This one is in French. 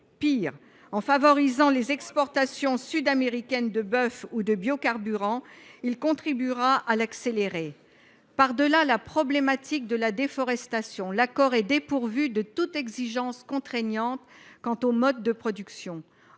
Pis, en favorisant les exportations sud américaines de bœuf ou de biocarburants, il contribuera à l’accélérer. Au delà de la problématique de la déforestation, l’accord est dépourvu de toute exigence contraignante quant aux modes de production.